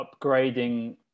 upgrading